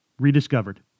Rediscovered